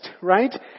right